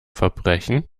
verbrechen